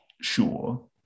sure